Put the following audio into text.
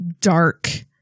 dark